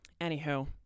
Anywho